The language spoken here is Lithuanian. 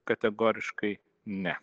kategoriškai ne